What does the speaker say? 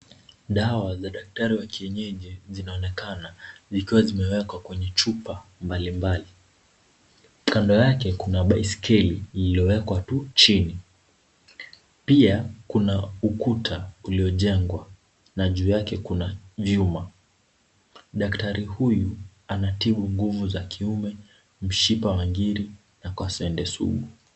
Dawa za daktari wa kienyeji zinaonekana, zikiwa zimewekwa kwenye chupa mbalimbali, kando yake kuna baiskeli iliyowekwa tu chini, pia kuna ukuta uliojengwa na juu yake kuna vyuma, daktari huyu anatibu nguvu za kiume, mshipa wa ngiri na kaswende sugu.